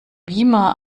beamer